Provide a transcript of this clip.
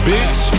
Bitch